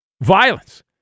violence